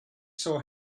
saw